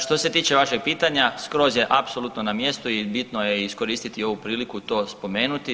Što se tiče vašeg pitanja skroz je apsolutno na mjestu i bitno je iskoristiti ovu priliku to spomenuti.